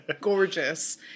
gorgeous